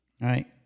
right